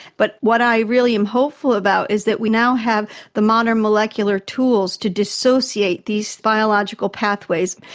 but what i really am hopeful about is that we now have the modern molecular tools to dissociate these biological pathways.